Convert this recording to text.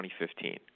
2015